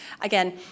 again